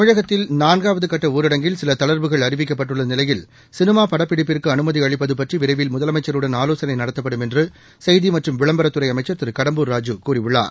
தமிழகத்தில் நான்காவது கட்ட ஊரடங்கில் சில தளா்வுகள் அறிவிக்கப்பட்டுள்ள நிலையில் சினிமா படப்பிடிப்புக்கு அனுமதி அளிப்பது பற்றி விரைவில் முதலமைச்சருடன் ஆலோகனை நடத்தப்படும் என்று செய்தி மற்றும் விளம்பரத்துறை அமைச்சர் திரு கடம்பூர் ராஜூ கூறியுள்ளார்